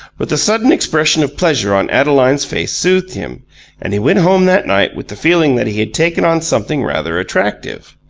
but the sudden expression of pleasure on adeline's face soothed him and he went home that night with the feeling that he had taken on something rather attractive.